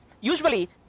Usually